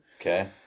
Okay